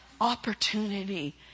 opportunity